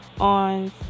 on